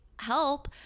help